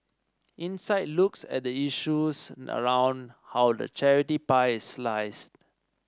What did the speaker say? insight looks at the issues around how the charity pie is sliced